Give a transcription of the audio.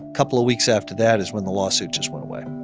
couple of weeks after that is when the lawsuit just went away